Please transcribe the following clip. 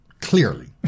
clearly